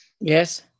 Yes